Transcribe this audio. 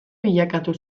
bilakatu